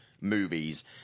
movies